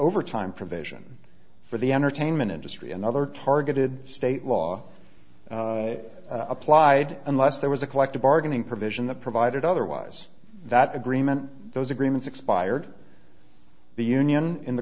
overtime provision for the entertainment industry and other targeted state law applied unless there was a collective bargaining provision that provided otherwise that agreement those agreements expired the union in the